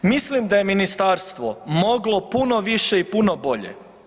Mislim da je ministarstvo moglo puno više i puno bolje.